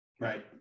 Right